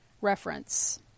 reference